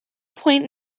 point